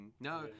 No